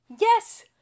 Yes